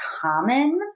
common